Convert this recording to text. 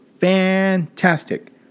fantastic